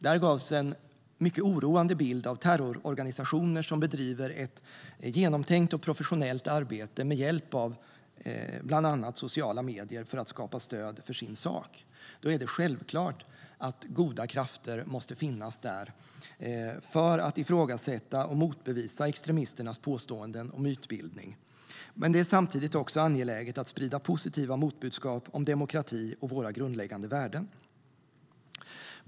Där gavs en mycket oroande bild av terrororganisationer som bedriver ett genomtänkt och professionellt arbete med hjälp av bland annat sociala medier för att skapa stöd för sin sak. Då är det självklart att goda krafter måste finnas där för att ifrågasätta och motbevisa extremisternas påståenden och mytbildning. Men det är samtidigt också angeläget att sprida positiva motbudskap om demokrati och våra grundläggande värden.